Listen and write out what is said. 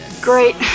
Great